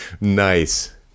Nice